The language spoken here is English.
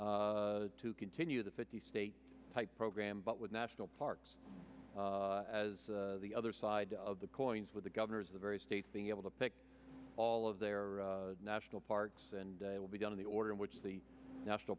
to continue the fifty state type program but with national parks as the other side of the coins with the governors the various states being able to pick all of their national parks and they will be done in the order in which the national